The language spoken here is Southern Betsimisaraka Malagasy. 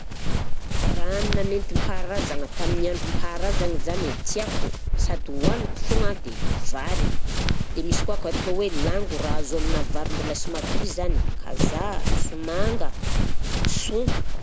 Raha hanina nentim-paharazagna tamin'ny androm-paharazagna zany tiako sady hohaniko foagna dia vary, dia misy koa katao hoe lango, raha azo avy amina vary mbola sy matoy zany, kazaha, somanga, sogno.